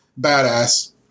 badass